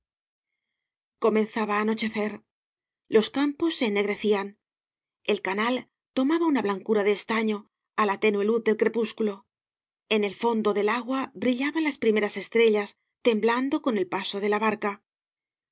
comenzaba á anochecer los campos se ennegrecían el canal tomaba una blancura de estaño á la tenue luz del crepúsculo en el fondo del agua brillaban las primeras estrellas temblando con el paso de la barca